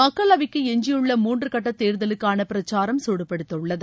மக்களவைக்கு எஞ்சியுள்ள மூன்று கட்ட தேர்தலுக்கான பிரச்சாரம் குடுபிடித்துள்ளது